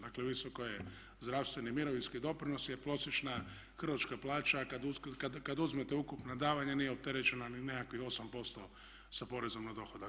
Dakle visoko je zdravstveni i mirovinski doprinos je prosječna hrvatska plaća kada uzmete ukupna davanja, nije opterećena ni nekakvih 8% sa porezom na dohodak.